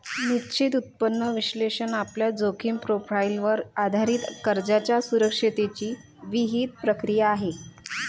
निश्चित उत्पन्न विश्लेषण आपल्या जोखीम प्रोफाइलवर आधारित कर्जाच्या सुरक्षिततेची विहित प्रक्रिया आहे